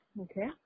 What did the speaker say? Okay